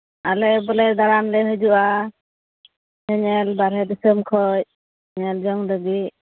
ᱟᱞᱮ ᱵᱚᱞᱮ ᱫᱟᱬᱟᱱᱞᱮ ᱦᱤᱡᱩᱜᱼᱟ ᱧᱮᱧᱮᱞ ᱵᱟᱨᱦᱮ ᱫᱤᱥᱚᱢ ᱠᱷᱚᱱ ᱧᱮᱞ ᱡᱚᱝ ᱞᱟᱹᱜᱤᱫ